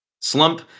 Slump